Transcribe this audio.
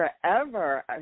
forever